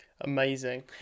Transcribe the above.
amazing